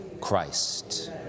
Christ